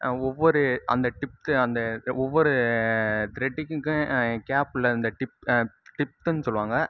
ஒவ்வொரு அந்த டிப் அந்த ஒவ்வொரு த்ரெடிங்க்கும் கேப்பில் அந்த டிப் டிப்த்துன்னு சொல்லுவாங்க